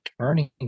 turning